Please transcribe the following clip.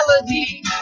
melody